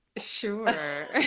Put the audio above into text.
Sure